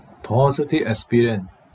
positive experience